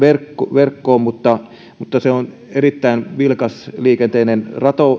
verkkoon mutta mutta se on erittäin vilkasliikenteinen